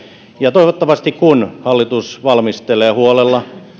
ja toivottavasti kun hallitus valmistelee huolella